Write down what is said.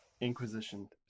Inquisition